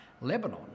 Lebanon